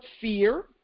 fear